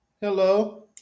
hello